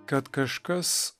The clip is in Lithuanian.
kad kažkas